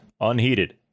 unheated